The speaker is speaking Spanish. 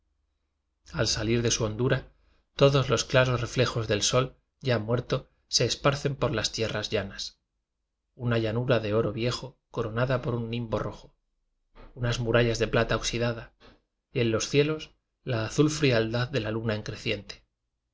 al salir de su hondura todos los claros reflejos del sol ya muerto se esparcen por las tierras llanas una llanura de oro viejo coronada por un nimbo rojo unas murallas de plata oxidada y en los cielos la azul frialdad de la luna en creciente